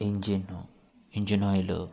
engine engine oil